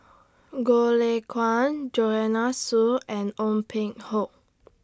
Goh Lay Kuan Joanne Soo and Ong Peng Hock